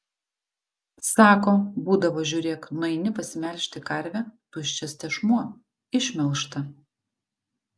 sako būdavo žiūrėk nueini pasimelžti karvę tuščias tešmuo išmelžta